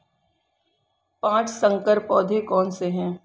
पाँच संकर पौधे कौन से हैं?